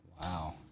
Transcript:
Wow